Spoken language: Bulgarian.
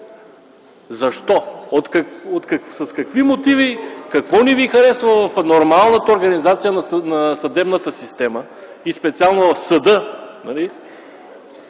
Защо? С какви мотиви? Какво не ви харесва в нормалната организация на съдебната система и специално в съда,